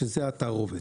שזה התערובת.